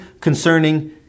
concerning